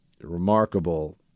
remarkable